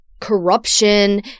corruption